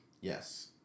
Yes